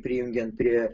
prijungiant prie